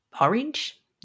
orange